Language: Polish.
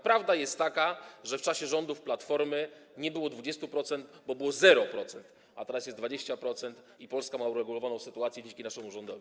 Prawda jest taka, że w czasie rządów Platformy nie było 20%, bo było 0%, a teraz jest 20% i Polska ma uregulowaną sytuację dzięki naszemu rządowi.